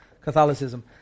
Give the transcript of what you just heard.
Catholicism